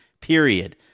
period